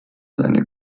seine